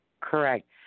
Correct